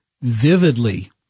vividly